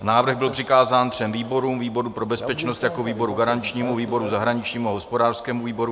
Návrh byl přikázán třem výborům, výboru pro bezpečnost jako výboru garančnímu, výboru zahraničnímu a hospodářskému výboru.